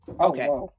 Okay